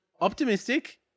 optimistic